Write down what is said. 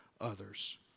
others